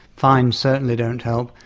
fines certainly don't help,